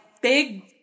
big